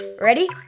Ready